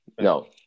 No